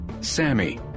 Sammy